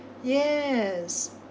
yes